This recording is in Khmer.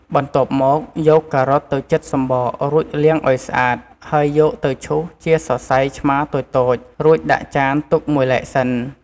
បន្ទាប់មក យកការ៉ុតទៅចិតសំបករួចលាងឱ្យស្អាត ហើយយកទៅឈូសជាសរសៃឆ្មាតូចៗ រួចដាក់ចានទុកមួយឡែកសិន។